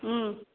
ꯎꯝ